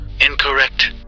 Incorrect